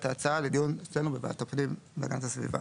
את ההצעה לדיון אצלנו בוועדת הפנים והגנת הסביבה.